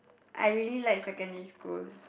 I really like secondary school